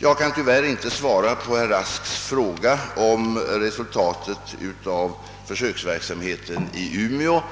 Jag kan tyvärr inte svara på herr Rasks fråga om resultatet av försöksverksamheten i Umeå.